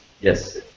Yes